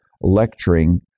lecturing